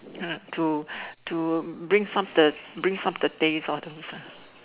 ha to to bring up the bring up the taste all those